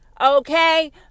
Okay